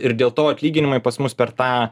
ir dėl to atlyginimai pas mus per tą